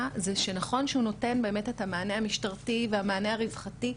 זה שנכון שהוא נותן באמת את המענה המשטרתי ואת המענה הרווחתי,